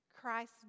Christ